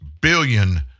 billion